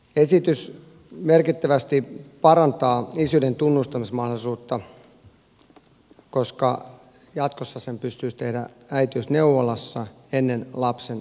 esitys merkittävästi parantaa isyyden tunnustamismahdollisuutta koska jatkossa sen pystyisi tekemään äitiysneuvolassa ennen lapsen syntymää